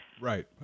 Right